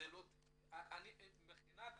מבחינת